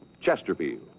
Chesterfield